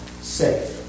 safe